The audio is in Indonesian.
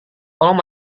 tolong